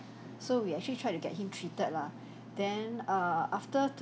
so we actually tried to get him treated lah then err after